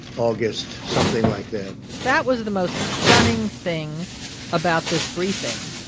august, something like that that was the most stunning thing about this briefing.